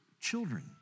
children